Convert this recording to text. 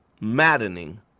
maddening